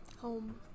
Home